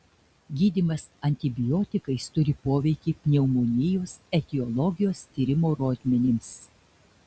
gydymas antibiotikais turi poveikį pneumonijos etiologijos tyrimo rodmenims